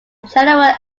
general